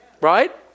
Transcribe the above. Right